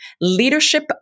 Leadership